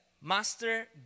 Master